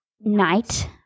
night